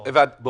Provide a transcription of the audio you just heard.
טוב, הבנתי.